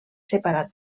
separat